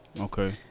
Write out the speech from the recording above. Okay